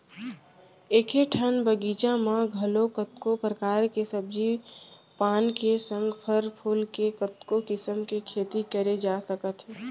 एके ठन बगीचा म घलौ कतको परकार के सब्जी पान के संग फर फूल के कतको किसम के खेती करे जा सकत हे